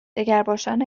دگرباشان